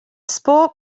sport